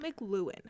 McLuhan